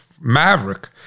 maverick